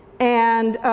and